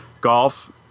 golf